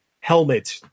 helmet